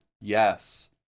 Yes